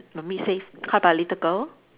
mummy safe how about little girl